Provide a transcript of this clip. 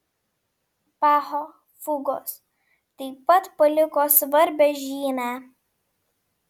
bacho fugos taip pat paliko svarbią žymę